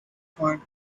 point